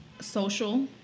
Social